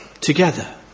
together